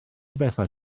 bethau